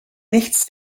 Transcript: nichts